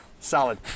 solid